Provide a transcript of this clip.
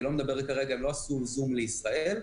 לא עשו זום על ישראל,